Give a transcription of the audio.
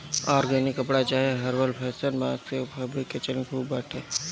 organic कपड़ा चाहे herbal fashion, बांस के फैब्रिक के चलन खूब बाटे